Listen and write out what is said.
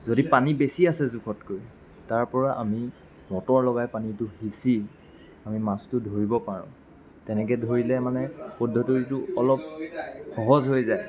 যদি পানী বেছি আছে জোখতকৈ তাৰ পৰা আমি মটৰ লগাই পানীটো সিঁচি আমি মাছটো ধৰিব পাৰোঁ তেনেকৈ ধৰিলে মানে পদ্ধতিটো অলপ সহজ হৈ যায়